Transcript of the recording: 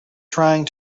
trying